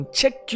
check